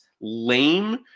lame